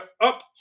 up